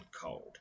cold